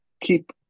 keep